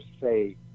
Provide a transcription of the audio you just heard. say